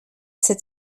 cet